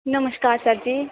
नमस्कार सर जी